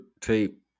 tape